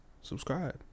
Subscribe